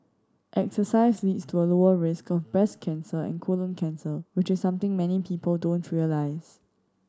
exercise leads to a lower risk of breast cancer and colon cancer which is something many people don't realise